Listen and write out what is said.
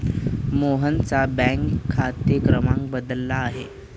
मोहनचा बँक खाते क्रमांक बदलला आहे